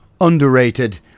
underrated